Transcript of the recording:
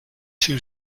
two